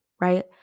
right